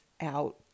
out